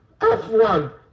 F1